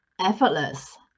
effortless